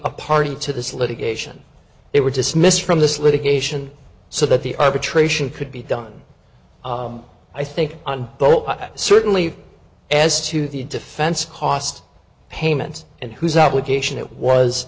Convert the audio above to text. a party to this litigation they were dismissed from this litigation so that the arbitration could be done i think on both but certainly as to the defense cost payments and who's obligation it was